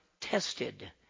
tested